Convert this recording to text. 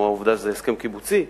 כמו העובדה שזה הסכם קיבוצי,